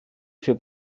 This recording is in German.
für